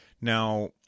Now